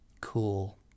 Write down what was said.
Cool